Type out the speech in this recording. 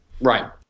Right